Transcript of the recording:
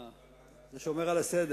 לסדר-היום אני, שומר על הסדר?